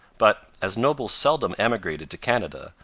but, as nobles seldom emigrated to canada,